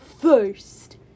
first